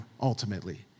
ultimately